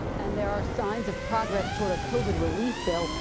and there are signs of progress toward a covid relief bill.